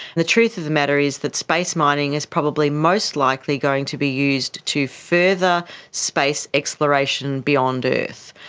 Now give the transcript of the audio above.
the truth of the matter is that space mining is probably most likely going to be used to further space exploration beyond earth.